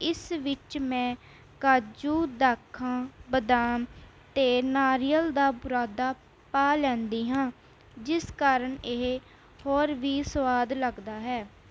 ਇਸ ਵਿੱਚ ਮੈਂ ਕਾਜੂ ਦਾਖਾ ਬਦਾਮ ਅਤੇ ਨਾਰੀਅਲ ਦਾ ਬੁਰਾਦਾ ਪਾ ਲੈਂਦੀ ਹਾਂ ਜਿਸ ਕਾਰਨ ਇਹ ਹੋਰ ਵੀ ਸੁਆਦ ਲੱਗਦਾ ਹੈ